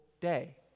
day